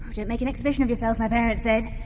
don't make an exhibition of yourself, my parents said.